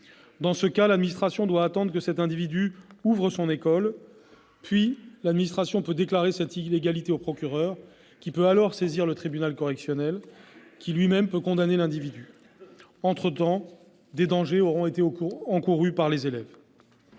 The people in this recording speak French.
Dans ce cas, l'administration doit attendre que cet individu ouvre son école, puis elle peut déclarer cette illégalité au procureur, qui peut alors saisir le tribunal correctionnel, qui, lui-même, peut condamner l'individu. Entre-temps, des dangers auront été encourus par les élèves.